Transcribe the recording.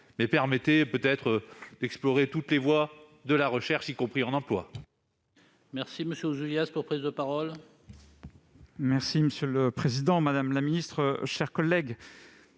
Mais permettez-nous d'explorer toutes les voies de la recherche, y compris en matière